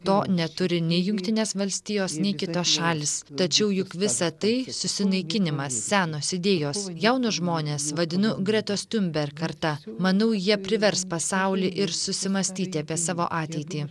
to neturi nei jungtinės valstijos nei kitos šalys tačiau juk visa tai susinaikinimas senos idėjos jaunus žmones vadinu gretos tiumber karta manau jie privers pasaulį ir susimąstyti apie savo ateitį